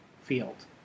field